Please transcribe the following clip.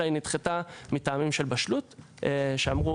אלא היא נדחתה מטעמים של בשלות שאמרו